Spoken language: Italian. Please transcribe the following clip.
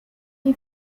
gli